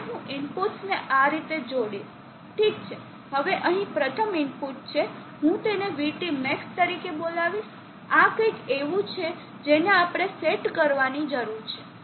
હવે હું ઇનપુટ્સ ને આ રીતે જોડીશ ઠીક છે હવે અહીં પ્રથમ ઇનપુટ છે હું તેને VTmax તરીકે બોલાવીશ આ કંઈક એવું છે જેને આપણે સેટ કરવાની જરૂર છે